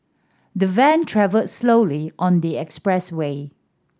the van travelled slowly on the expressway